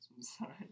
sorry